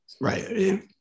Right